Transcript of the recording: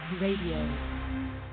Radio